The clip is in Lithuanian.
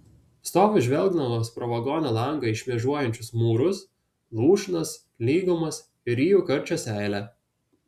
stoviu žvelgdamas pro vagono langą į šmėžuojančius mūrus lūšnas lygumas ir ryju karčią seilę